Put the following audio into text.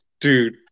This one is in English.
Dude